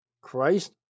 Christ